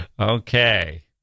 Okay